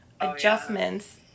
adjustments